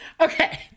okay